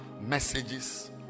messages